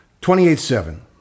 Twenty-eight-seven